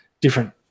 different